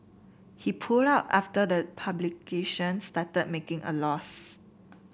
he pulled out after the publication started making a loss